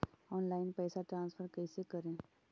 Online पैसा transfer कैसे करे?